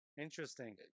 Interesting